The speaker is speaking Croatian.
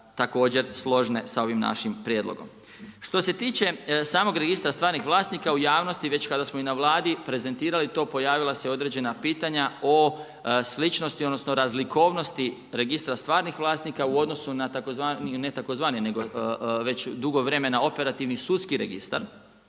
također složne sa ovim našim prijedlogom. Što se tiče samog registra stvarnih vlasnika u javnosti već kada samo i na Vladi prezentirali to pojavila se određena pitanja o sličnosti, odnosno razlikovnosti Registra stvarnih vlasnika u odnosu na tzv. ne tzv. već dugo vremena operativni sudski registar.